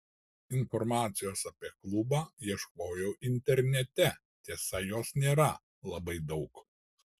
informacijos apie klubą ieškojau internete tiesa jos nėra labai daug